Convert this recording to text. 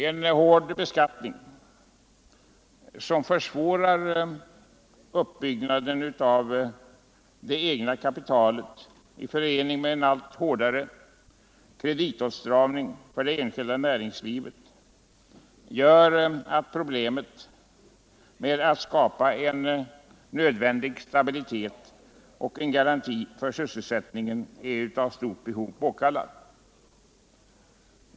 En hård beskattning, som försvårar uppbyggnad av det egna kapitalet, i förening med en allt hårdare kreditåtstramning för det enskilda näringslivet gör att en lösning av problemet att skapa en nödvändig stabilitet och en garanti för sysselsättningen är av behovet påkallad.